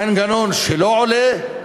מנגנון שלא עולה,